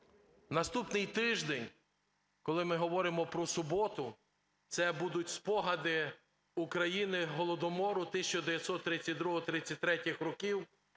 Наступний тиждень, коли ми говоримо про суботу, це будуть спогади України Голодомору 1932-33 років,